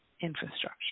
infrastructure